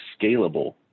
scalable